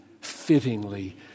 fittingly